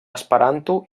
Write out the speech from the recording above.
esperanto